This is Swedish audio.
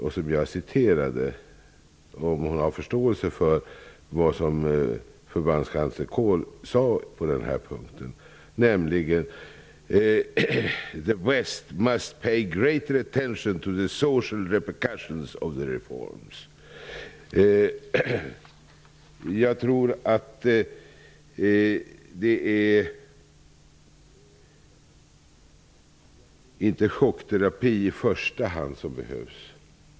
Har utrikesministern förståelse för vad förbundskansler Kohl sade på denna punkt? Han sade att ''the West, too, must pay greater attention to the social repercussions of the reforms''. Jag tror inte att det är chockterapi som behövs i första hand.